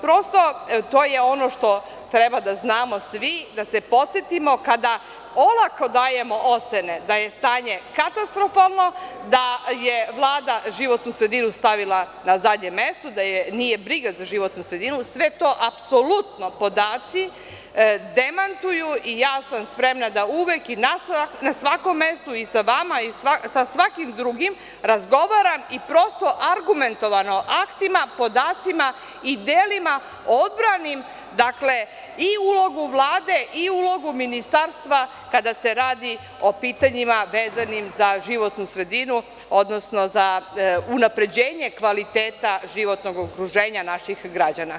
Prosto, to je ono što treba da znamo svi, da se podsetimo kada olako dajemo ocene da je stanje katastrofalno, da je Vlada životnu sredinu stavila na zadnje mesto, da je nije briga za životnu sredinu, sve to apsolutno podaci demantuju i spremna sam da uvek i na svakom mestu, i sa vama i sa svakim drugim, razgovaram i argumentovano aktima, podacima i delima odbranim i ulogu Vlade i ulogu Ministarstva kada se radi o pitanjima vezanim za životnu sredinu, odnosno za unapređenje kvaliteta životnog okruženja naših građana.